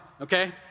okay